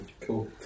cool